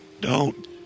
Don't